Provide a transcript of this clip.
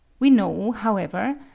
we know, however,